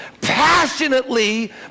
passionately